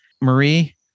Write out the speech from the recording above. Marie